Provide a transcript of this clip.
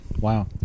Wow